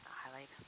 highlight